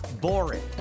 boring